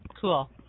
Cool